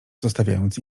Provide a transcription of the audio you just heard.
zostawiając